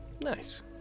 Nice